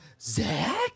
Zach